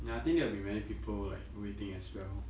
ya I think there will be many people like waiting as well